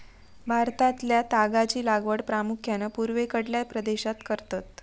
भारतातल्या तागाची लागवड प्रामुख्यान पूर्वेकडल्या प्रदेशात करतत